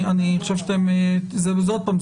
עוד פעם,